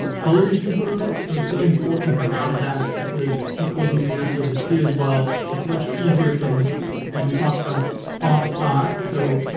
color you can put on it. so, it's really important to have that because people who may not be able to see as well, it's much easier for them to see. and we talked about font size. so,